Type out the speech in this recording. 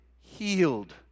healed